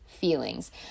feelings